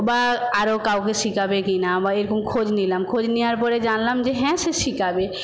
বা আরও কাউকে শেখাবে কি না বা এরকম খোঁজ নিলাম খোঁজ নিয়ার পরে জানলাম যে হ্যাঁ সে শেখাবে